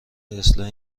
اصلاح